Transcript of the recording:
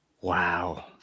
Wow